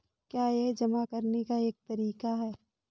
क्या यह जमा करने का एक तरीका है?